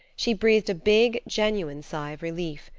she breathed a big, genuine sigh of relief.